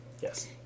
yes